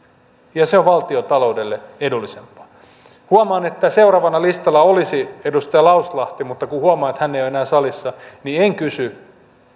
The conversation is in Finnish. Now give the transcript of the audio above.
ja se on valtiontaloudelle edullisempaa huomaan että seuraavana listalla olisi edustaja lauslahti mutta kun huomaan että hän ei ole enää salissa niin en kysy